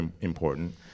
important